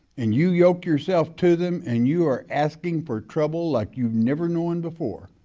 and you yoke yourself to them and you are asking for trouble like you've never known before.